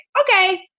Okay